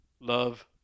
Love